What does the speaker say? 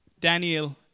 Daniel